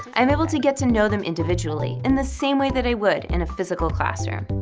i'm able to get to know them individually, in the same way that i would in a physical classroom.